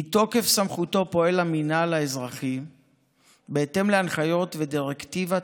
מתוקף סמכותו פועל המינהל האזרחי בהתאם להנחיות ולדירקטיבת